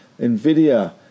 Nvidia